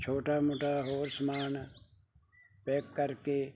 ਛੋਟਾ ਮੋਟਾ ਹੋਰ ਸਮਾਨ ਪੈਕ ਕਰਕੇ